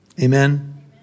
Amen